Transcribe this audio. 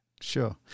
Sure